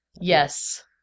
Yes